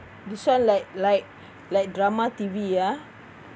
this one like like like drama T_V ya